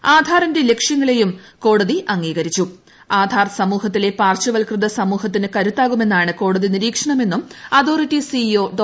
ആധാർ ആധാറിന്റെ ലക്ഷ്യങ്ങളെയും സമൂഹത്തിലെ പാർശ്വത്കൃത സമൂഹത്തിന് കരുത്താകുമെന്നാണ് കോടതി നിരീക്ഷണമെന്നും അതോറിട്ടി സിഇഒ ഡോ